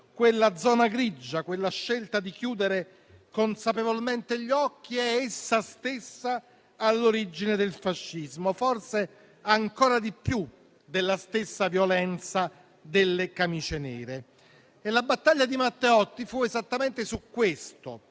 Quella zona grigia, quella scelta di chiudere consapevolmente gli occhi, è essa stessa all'origine del fascismo, forse ancora di più della stessa violenza delle camicie nere. La battaglia di Matteotti fu esattamente su questo,